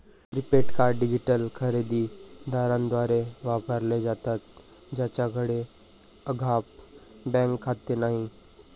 prepaid card digital खरेदी दारांद्वारे वापरले जातात ज्यांच्याकडे अद्याप बँक खाते नाही